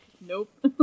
nope